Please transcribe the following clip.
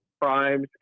crimes